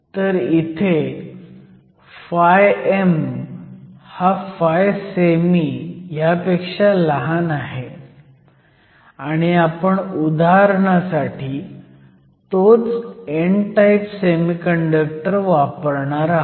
तर इथे φm हा φsemi पेक्षा लहान आहे आणि आपण उदाहरणासाठी तोच n टाईप सेमीकंडक्टर वापरणार आहोत